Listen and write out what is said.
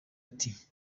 ati